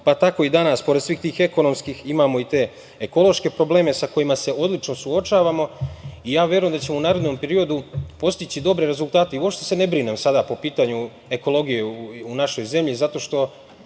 Tako i danas, pored svih tih ekonomskih imamo i te ekološke probleme sa kojima se odlično suočavamo. Verujem da ćemo u narednom periodu postići dobre rezultate. Uopšte se ne brinem sada po pitanju ekologije u našoj zemlji zato što